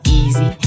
easy